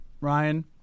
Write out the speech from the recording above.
Ryan